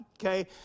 okay